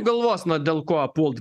galvos na dėl ko pult